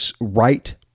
right